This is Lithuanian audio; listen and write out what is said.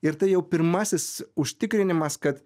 ir tai jau pirmasis užtikrinimas kad